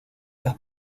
las